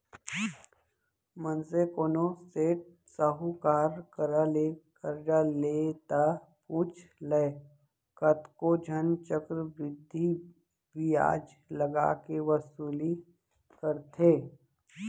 मनसे कोनो सेठ साहूकार करा ले करजा ले ता पुछ लय कतको झन चक्रबृद्धि बियाज लगा के वसूली करथे